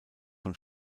von